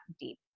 deep